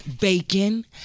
bacon